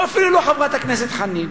ואפילו לא חברת הכנסת חנין.